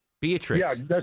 Beatrice